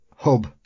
hub